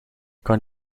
kan